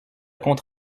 compte